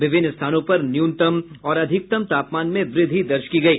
विभिन्न स्थानों पर न्यूनतम और अधिकतम तापमान में वृद्धि दर्ज की गयी